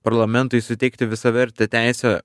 parlamentui suteikti visavertę teisę